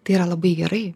tai yra labai gerai